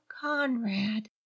Conrad